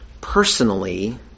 personally